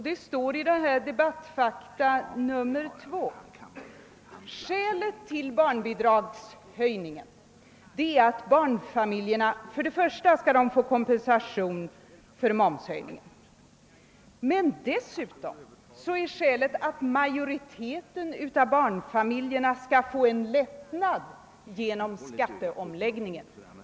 Det står i Debattfakta nr 2, att skälet till barnbidragshöjningen är att barnfamiljerna skall få kompensation för momshöjningen och dessutom att majoriteten av barnfamiljerna skall få en lättnad genom skatteomläggningen.